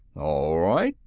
all right,